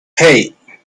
hey